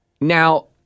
Now